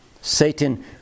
Satan